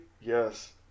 Yes